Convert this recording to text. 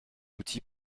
outils